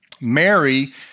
Mary